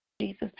Jesus